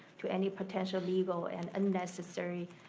to any potential legal and unnecessary